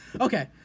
Okay